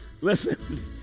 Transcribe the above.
listen